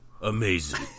amazing